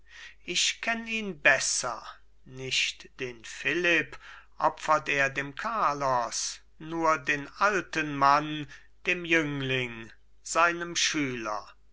ich kenn ihn besser nicht den philipp opfert er dem carlos nur den alten mann dem jüngling seinem schüler